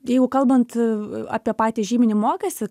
jeigu kalbant apie patį žyminį mokestį